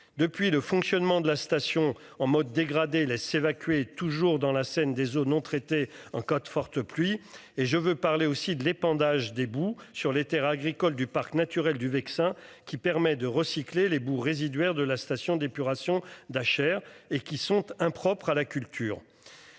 Depuis le fonctionnement de la station en mode dégradé là s'évacuer toujours dans la scène des eaux non traitées en cas de fortes pluies et je veux parler aussi de l'épandage des boues sur les Terres agricoles du parc naturel du Vexin qui permet de recycler les boues résiduaires de la station d'épuration d'Achères et qui sont impropres à la culture.